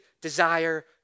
desire